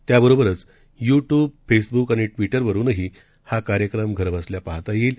त्याबरोबरच YouTube Facebook आणि Twitter वरुनही हा कार्यक्रम घरबसल्या पाहता येईल